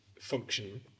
function